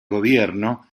gobierno